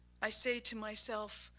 i say to myself,